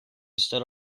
stood